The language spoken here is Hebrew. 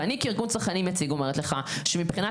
ואני כארגון צרכני יציג אומרת לך שמבחינת